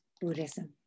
Buddhism